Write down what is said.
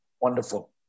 wonderful